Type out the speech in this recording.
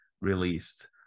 released